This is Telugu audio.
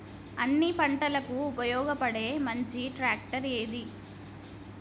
అన్ని పంటలకు ఉపయోగపడే మంచి ట్రాక్టర్ ఏది?